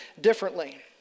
differently